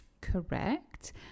Correct